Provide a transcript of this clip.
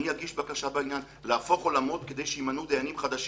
אני אגיש בקשה בעניין להפוך עולמות כדי שימנו דיינים חדשים.